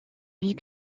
vie